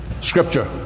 Scripture